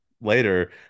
later